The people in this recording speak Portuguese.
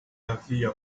havia